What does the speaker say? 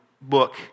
book